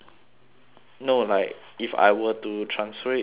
no like if I were to transfer it to S_M_U